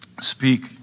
Speak